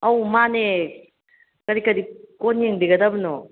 ꯑꯧ ꯃꯥꯅꯦ ꯀꯔꯤ ꯀꯔꯤ ꯀꯣꯟ ꯌꯦꯡꯕꯤꯒꯗꯕꯅꯣ